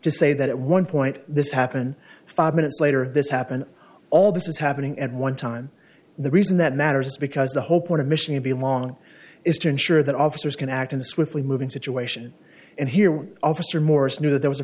to say that one point this happen five minutes later this happened all this is happening at one time the reason that matters because the whole point of mission to be along is to ensure that officers can act in swiftly moving situation and here one officer morse knew that there was a